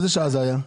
באיזה שעה זה היה?